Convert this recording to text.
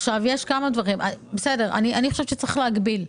אני חושבת שצריך להגביל.